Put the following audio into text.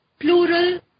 plural